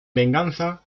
venganza